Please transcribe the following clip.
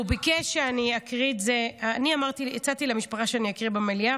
אני הצעתי למשפחה שאני אקריא במליאה,